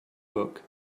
book